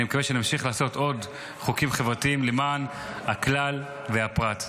אני מקווה שנמשיך לעשות עוד חוקים חברתיים למען הכלל והפרט.